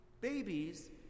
Babies